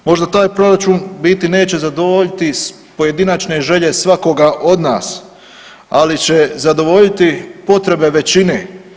Možda taj proračun u biti neće zadovoljiti pojedinačne želje svakoga od nas, ali će zadovoljiti potrebe većine.